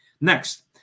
Next